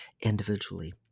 individually